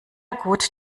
gut